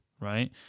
right